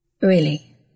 Really